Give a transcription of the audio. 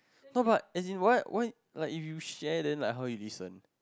not about as in why why like if you share then like how you listen